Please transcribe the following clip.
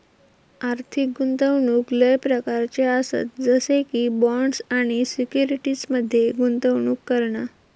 आर्थिक गुंतवणूक लय प्रकारच्ये आसत जसे की बॉण्ड्स आणि सिक्युरिटीज मध्ये गुंतवणूक करणा